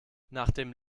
nachdem